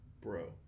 Bro